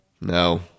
no